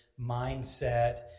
mindset